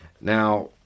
Now